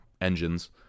engines